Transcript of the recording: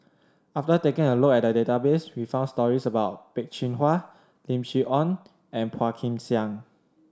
after taking a look at the database we found stories about Peh Chin Hua Lim Chee Onn and Phua Kin Siang